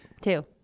Two